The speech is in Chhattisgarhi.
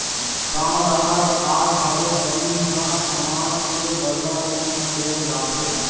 गाँव डहर आज घलोक बनी ह अनाज के बदला रूप म दे जाथे